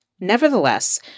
Nevertheless